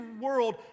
world